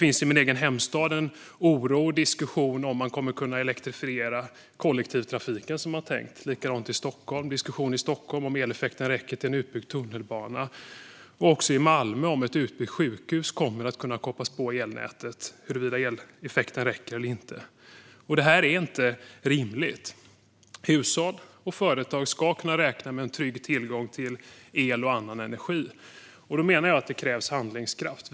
I min hemstad finns en oro och diskussion om huruvida man kommer att kunna elektrifiera kollektivtrafiken som man har tänkt. Det är likadant i Stockholm. Där förs en diskussion om huruvida eleffekten räcker till en utbyggd tunnelbana. I Malmö handlar det om ett utbyggt sjukhus, om det kommer att kunna kopplas in på elnätet och huruvida eleffekten räcker eller inte. Detta är inte rimligt. Hushåll och företag ska kunna räkna med en trygg tillgång till el och annan energi. Jag menar att det krävs handlingskraft.